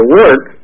work